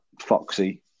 Foxy